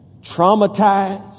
Traumatized